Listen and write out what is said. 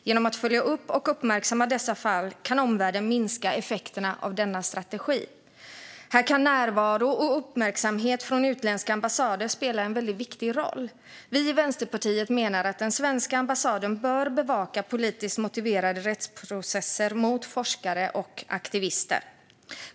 Genom att följa upp och uppmärksamma dessa fall kan omvärlden minska effekterna av denna strategi. Här kan närvaro och uppmärksamhet från utländska ambassader spela en väldigt viktig roll. Vi i Vänsterpartiet menar att den svenska ambassaden bör bevaka politiskt motiverade rättsprocesser mot forskare och aktivister.